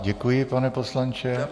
Děkuji, pane poslanče.